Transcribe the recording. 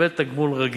שקיבל תגמול רגיל